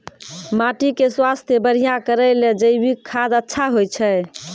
माटी के स्वास्थ्य बढ़िया करै ले जैविक खाद अच्छा होय छै?